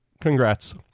congrats